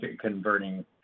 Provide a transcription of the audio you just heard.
converting